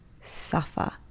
suffer